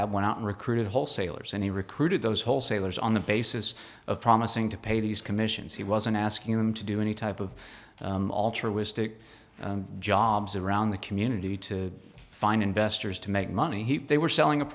had went out recruited wholesalers and he recruited those wholesalers on the basis of promising to pay these commissions he wasn't asking them to do any type of altruistic jobs around the community to find investors to make money they were selling a